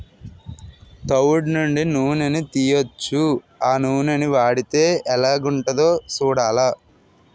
తవుడు నుండి నూనని తీయొచ్చు ఆ నూనని వాడితే ఎలాగుంటదో సూడాల